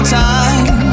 time